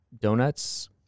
donuts